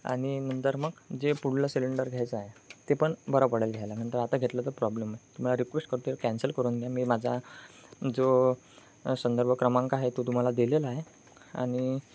आणि नंतर मग जे पुढलं सिलेंडर घ्यायचं आहे ते पण बरं पडेल घ्यायला नंतर आता घेतला तर प्रॉब्लेम आहे तुम्हाला रिक्वेस्ट करते कॅन्सल करून द्या मी माझा जो संदर्भ क्रमांक आहे तो तुम्हाला दिलेला आहे आणि